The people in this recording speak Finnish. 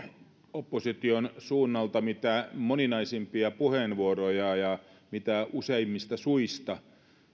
opposition suunnalta mitä moninaisimpia puheenvuoroja ja mitä useimmista suista